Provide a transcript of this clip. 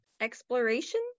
Exploration